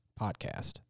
podcast